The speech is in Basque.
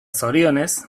zorionez